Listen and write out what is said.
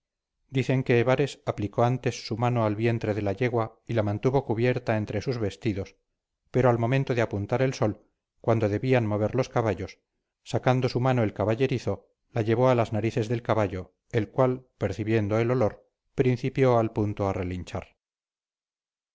dicen que ebares aplicó antes su mano al vientre de la yegua y la mantuvo cubierta entre sus vestidos pero al momento de apuntar el sol cuando debían mover los caballos sacando su mano el caballerizo la llevó a las narices del caballo el cual percibiendo el olor principió al punto a relinchar